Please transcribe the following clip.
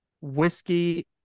whiskey